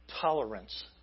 tolerance